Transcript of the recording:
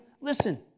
Listen